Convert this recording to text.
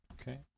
okay